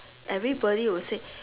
everybody will say